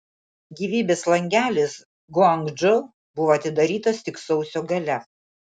gyvybės langelis guangdžou buvo atidarytas tik sausio gale